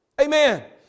Amen